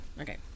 Okay